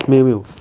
没有没有